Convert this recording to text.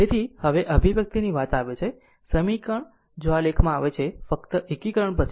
તેથી જો હવે આ અભિવ્યક્તિ ની વાત આવે છે આ સમીકરણ જો આ લેખમાં આવે છે ફક્ત એકીકરણ પછી